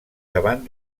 davant